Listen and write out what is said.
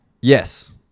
Yes